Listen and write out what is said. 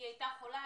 היא הייתה חולה,